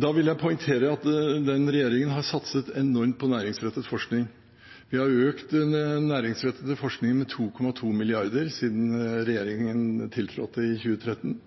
Da vil jeg poengtere at denne regjeringen har satset enormt på næringsrettet forskning. Vi har økt den næringsrettede forskningen med 2,2 mrd. kr siden regjeringen tiltrådte i 2013,